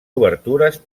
obertures